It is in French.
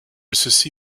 ceci